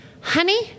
honey